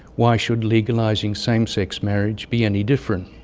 why should legalizing same-sex marriage be any different?